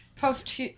post